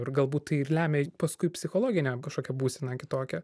ir galbūt tai ir lemia paskui psichologinę kažkokią būseną kitokią